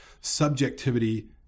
subjectivity